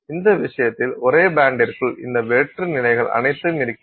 இந்த விஷயத்தில் ஒரே பேண்டிற்குள் இந்த வெற்று நிலைகள் அனைத்தும் இருக்கிறது